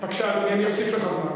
אני אוסיף לך זמן.